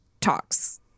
talks